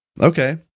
Okay